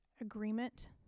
agreement